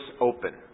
open